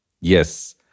Yes